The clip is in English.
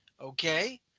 Okay